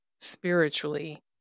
spiritually